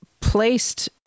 placed